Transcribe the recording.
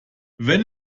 wenn